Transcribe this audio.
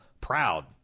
proud